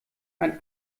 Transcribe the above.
ein